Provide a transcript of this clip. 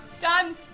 Done